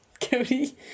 Cody